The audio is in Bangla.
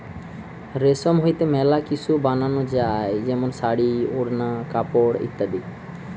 রেশম হইতে মেলা কিসু বানানো যায় যেমন শাড়ী, ওড়না, কাপড় ইত্যাদি